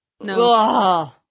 no